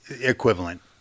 equivalent